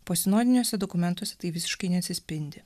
o senoviniuose dokumentuose tai visiškai neatsispindi